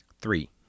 Three